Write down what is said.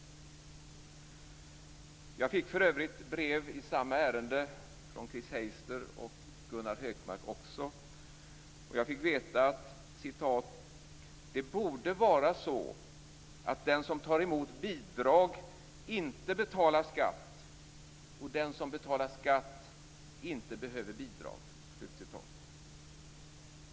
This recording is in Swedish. Jag fick för övrigt i samma ärende från Chris Heister och Gunnar Högmark. Jag fick veta: "Det borde vara så att den som tar emot bidrag inte betalar skatt och den som betalar skatt inte behöver bidrag."